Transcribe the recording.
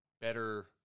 better